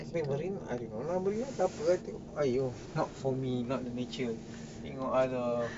wait marina kenapa eh !aiyo! not for me not the nature tengok ah tu